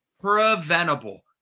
Preventable